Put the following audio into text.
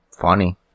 Funny